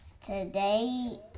today